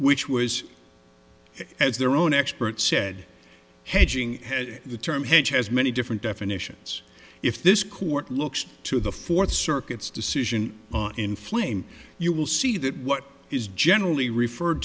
which was as their own expert said hedging the term hedge has many different definitions if this court looks to the fourth circuit's decision in flame you will see that what is generally referred